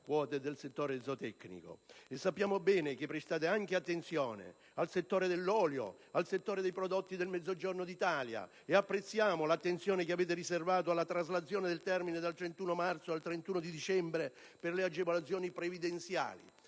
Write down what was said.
del settore zootecnico. Sappiamo bene che prestate anche attenzione al settore dell'olio, dei prodotti del Mezzogiorno d'Italia. E apprezziamo l'attenzione che avete riservato alla traslazione del termine dal 31 marzo al 31 dicembre per le agevolazioni previdenziali.